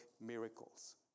miracles